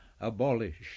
abolished